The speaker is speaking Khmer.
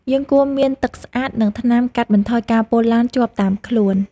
យើងគួរមានទឹកស្អាត និងថ្នាំកាត់បន្ថយការពុលឡានជាប់តាមខ្លួន។